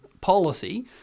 policy